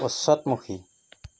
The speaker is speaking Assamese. পশ্চাদমুখী